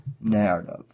narrative